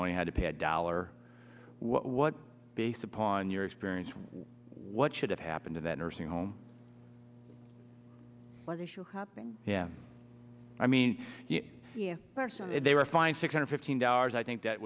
only had to pay a dollar what based upon your experience what should have happened in that nursing home was your happening yeah i mean if they were fined six hundred fifteen dollars i think that